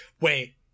wait